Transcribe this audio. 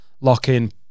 lock-in